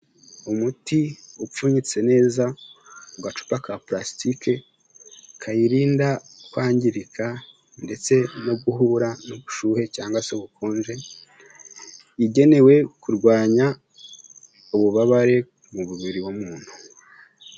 Umuti upfunyitse neza ku gacupa ka purasitike kayirinda kwangirika ndetse no guhura n'ubushyuhe cyangwa se ubukonje, igenewe kurwanya ububabare mu mubiri w'umuntu.